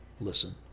Listen